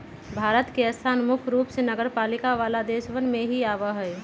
भारत के स्थान मुख्य रूप से नगरपालिका वाला देशवन में ही आवा हई